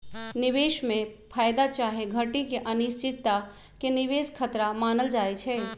निवेश में फयदा चाहे घटि के अनिश्चितता के निवेश खतरा मानल जाइ छइ